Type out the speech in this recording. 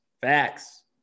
facts